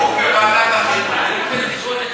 אתה היית צריך לבקש דיון דחוף בוועדת החינוך.